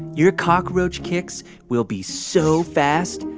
your cockroach kicks will be so fast,